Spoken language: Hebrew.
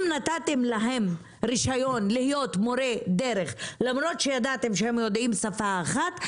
אם נתתם להם רישיון להיות מורי דרך למרות שידעתם שהם יודעים שפה אחת,